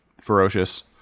ferocious